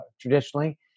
traditionally